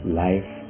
life